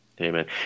amen